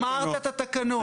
החמרת את התקנות.